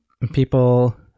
People